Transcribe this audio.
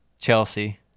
Chelsea